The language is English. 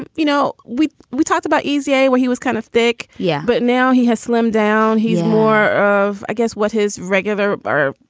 and you know, we we talked about esea where he was kind of thick. yeah. but now he has slimmed down. he's more of, i guess, what his regular are.